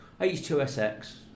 H2SX